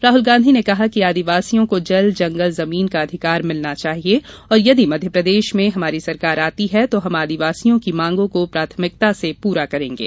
राहुल गांधी ने कहा कि आदिवासियों को जल जंगल जमीन का अधिकार मिलना चाहिये और यदि मध्यप्रदेश में हमारी सरकार आती है तो हम आदिवासियों की मांगो को प्राथमिकता से पूरा करेंगे